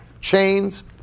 Chains